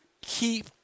keep